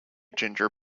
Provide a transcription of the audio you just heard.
ginger